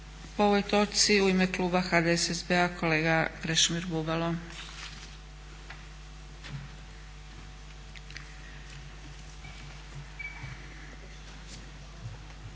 po ovoj točci. U ime Kluba HDSSB-a kolega Krešimir Bubalo.